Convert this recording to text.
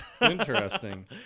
Interesting